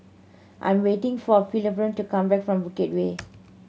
I'm waiting for Philomene to come back from Bukit Way